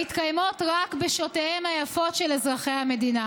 המתקיימות רק בשעותיהם היפות של אזרחי המדינה.